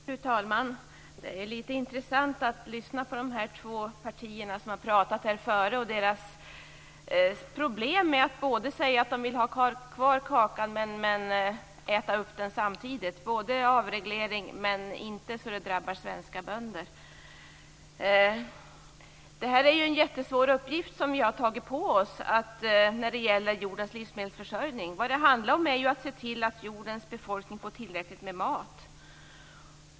Fru talman! Det är litet intressant att lyssna till de två partier som har pratat här förut och till deras problem med att de både vill ha kvar kakan och samtidigt äta upp den. De vill ha avreglering, men inte så att det drabbar svenska bönder. Det är en jättesvår uppgift som vi har tagit på oss när det gäller jordens livsmedelsförsörjning. Vad det handlar om är ju att se till att jordens befolkning får tillräckligt med mat.